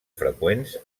freqüents